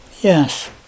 Yes